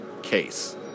Case